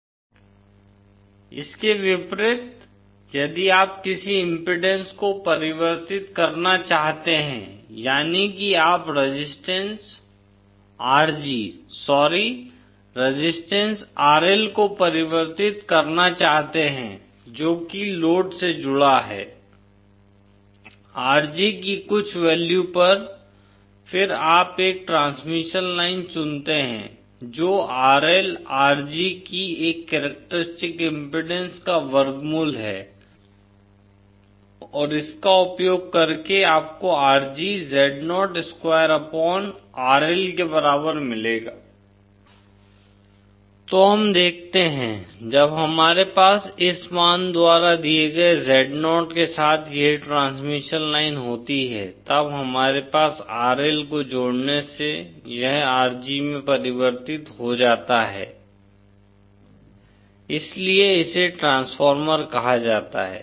ZinZd4 Z02Zl Z0RLRG RGZ02RL इसके विपरीत यदि आप किसी इम्पीडेन्स को परिवर्तित करना चाहते हैं यानि कि आप resistance RG sorry resistance RL को परिवर्तित करना चाहते हैं जो कि लोड से जुड़ा हैं RG कि कुछ वैल्यू पर फिर आप एक ट्रांसमिशन लाइन चुनते हैं जो RL RG की एक करेक्टरिस्टिक्स इम्पीडेन्स का वर्गमूल है और इसका उपयोग करके आपको RG Zo square upon RL के बराबर मिलेगा तो हम देखते हैं जब हमारे पास इस मान द्वारा दिए गए Zo के साथ यह ट्रांसमिशन लाइन होती है तब हमारे RL को जोड़ने से यह RG में परिवर्तित हो जाता है यह इसीलिए इसे ट्रांसफॉर्मर कहा जाता है